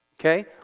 Okay